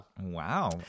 Wow